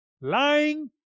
lying